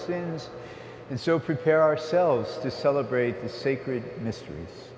and so prepare ourselves to celebrate the sacred mysteries